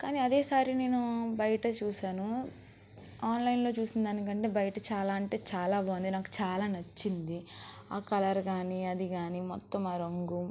కానీ అదే శారీ నేను బయట చూసాను ఆన్లైన్లో చూసిన దాని కంటే బయట చాలా అంటే చాలా బాగుంది నాకు చాలా నచ్చింది ఆ కలర్ కానీ అది కానీ మొత్తం ఆ రంగు